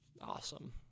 Awesome